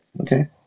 Okay